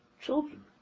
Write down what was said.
children